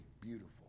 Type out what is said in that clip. beautiful